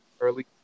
early